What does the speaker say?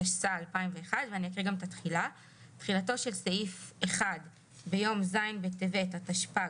התשס"א 2001‏. תחילה 2. (א)תחילתו של סעיף 1 ביום ז' בטבת התשפ"ג